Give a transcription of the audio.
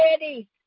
ready